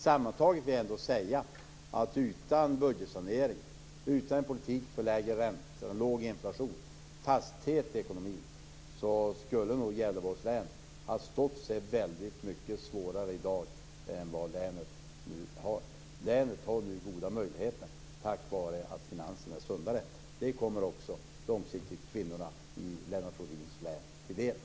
Sammantaget vill jag ändå säga att utan budgetsanering och utan en politik för lägre räntor, låg inflation och fasthet i ekonomin skulle nog Gävleborgs län ha stått sig väldigt mycket sämre i dag än vad länet nu gör. Länet har nu goda möjligheter tack vare att finanserna är sundare. Det kommer också långsiktigt kvinnorna i Lennart Rohdins län till del.